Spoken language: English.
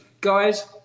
Guys